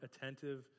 attentive